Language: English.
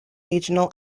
regional